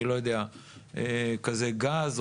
גז,